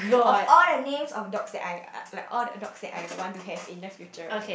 of all the name of dogs that I like all dogs I want to have in the future